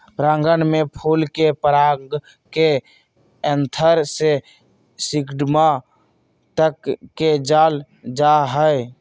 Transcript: परागण में फल के पराग के एंथर से स्टिग्मा तक ले जाल जाहई